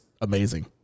amazing